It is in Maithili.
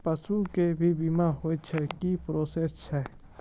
पसु के भी बीमा होय छै, की प्रोसेस छै?